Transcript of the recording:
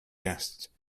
guests